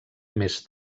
més